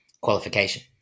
qualification